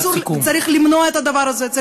צריך למנוע את הדבר הזה.